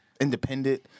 independent